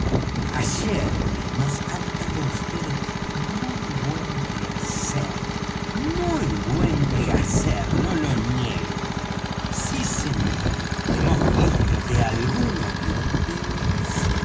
ayer nos han dado vds muy buen quehacer muy buen quehacer no lo niego sí señor hemos visto que algunos de